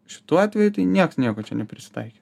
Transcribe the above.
šituo atveju nieks nieko čia neprisitaikė